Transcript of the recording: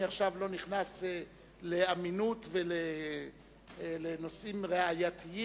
אני עכשיו לא נכנס לאמינות, ולנושאים ראייתיים,